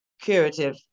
curative